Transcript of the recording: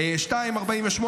14:48,